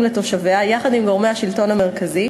לתושביה יחד עם גורמי השלטון המרכזי,